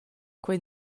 quei